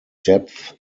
depth